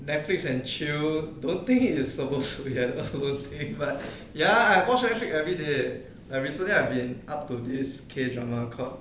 netflix and chill don't think it's suppose to or not suppose to but ya I watched it everyday eh and recently I have been up to this K drama called